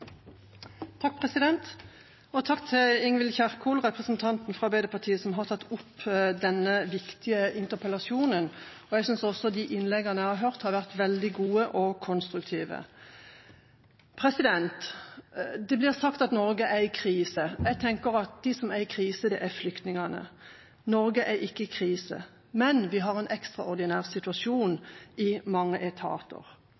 Takk til Ingvild Kjerkol, representanten fra Arbeiderpartiet som har tatt opp denne viktige interpellasjonen. Jeg synes at de innleggene jeg har hørt, har vært veldig gode og konstruktive. Det blir sagt at Norge er i krise. Jeg tenker at de som er i krise, er flyktningene. Norge er ikke i krise, men vi har en ekstraordinær situasjon i mange etater.